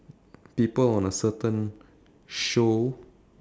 people on a certain show